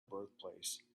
birthplace